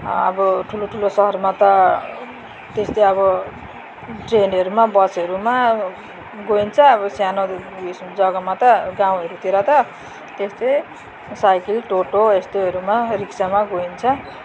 अब ठुलो ठुलो सहरमा त त्यस्तै अब ट्रेनहरूमा बसहरूमा गइन्छ अब सानोहरू उयेस जग्गामा त गाउँहरूतिर त त्यस्तै साइकिल टोटो यस्तैहरूमा रिक्सामा गइन्छ